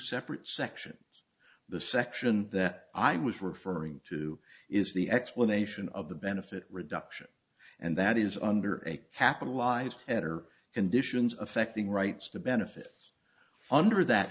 separate sections the section that i was referring to is the explanation of the benefit reduction and that is under a capitalized and are conditions affecting rights to benefit under that